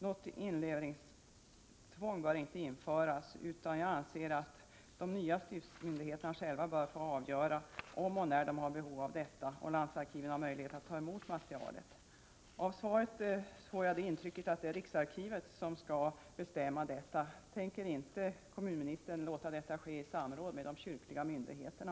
Något inlevereringstvång bör inte införas, utan de nya stiftsmyndigheterna bör själva få avgöra om och när de har behov av detta och landsarkiven har möjlighet att ta emot materialet. Av svaret får jag intrycket att det är riksarkivet som skall bestämma detta. Tänker inte civilministern se till att detta sker i samråd med de kyrkliga myndigheterna?